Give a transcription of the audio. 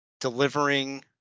delivering